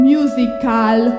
Musical